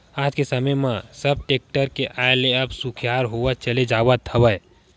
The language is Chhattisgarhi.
आज के समे म सब टेक्टर के आय ले अब सुखियार होवत चले जावत हवय